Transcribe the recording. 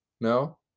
No